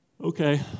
okay